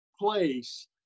place